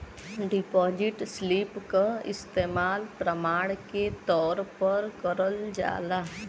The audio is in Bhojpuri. डिपाजिट स्लिप क इस्तेमाल प्रमाण के तौर पर करल जाला